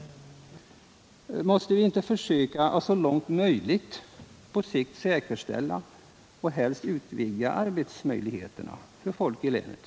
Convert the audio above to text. Måste vi inte försöka att så långt möjligt på sikt sä kerställa och helst utvidga arbetsmöjligheterna för folk i länet?